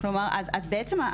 אז בעצם,